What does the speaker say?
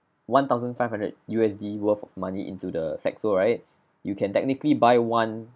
one thousand five hundred U_S_D worth of money into the Saxo right you can technically buy one